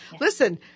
Listen